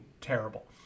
terrible